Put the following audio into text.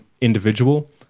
individual